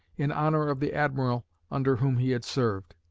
in honor of the admiral under whom he had served.